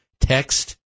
text